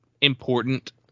important